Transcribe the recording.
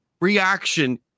reaction